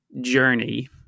journey